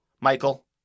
Michael